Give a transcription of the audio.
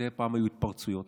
מדי פעם היו התפרצויות.